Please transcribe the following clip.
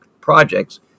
projects